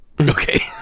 Okay